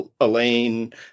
Elaine